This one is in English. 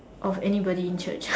of anybody in Church